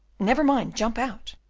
never mind, jump out.